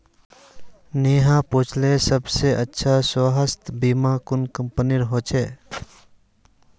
स्नेहा पूछले कि सबस अच्छा स्वास्थ्य बीमा कुन कंपनीर ह छेक